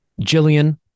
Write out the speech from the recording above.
Jillian